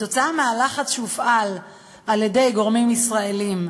עקב הלחץ שהופעל על-ידי גורמים ישראליים,